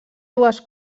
dues